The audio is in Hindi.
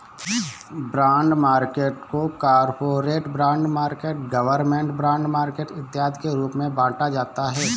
बॉन्ड मार्केट को corporate bond market government bond market इत्यादि के रूप में बांटा जाता है